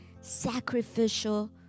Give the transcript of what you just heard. sacrificial